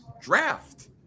draft